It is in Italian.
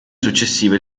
successiva